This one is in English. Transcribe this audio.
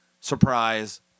surprise